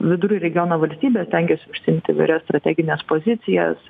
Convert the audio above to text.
vidurių regiono valstybė stengiasi užsiimti įvairias strategines pozicijas